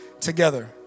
together